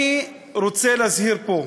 אני רוצה להזהיר פה ולהגיד: